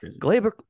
Glaber